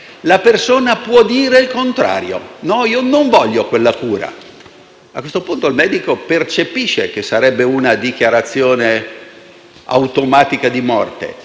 La persona può dire il contrario, cioè che non vuole quella cura. A questo punto il medico percepisce che sarebbe una dichiarazione automatica di morte